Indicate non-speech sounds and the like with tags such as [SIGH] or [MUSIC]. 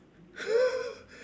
[LAUGHS]